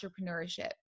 entrepreneurship